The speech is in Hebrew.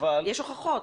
יש הוכחות.